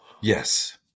Yes